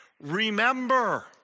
Remember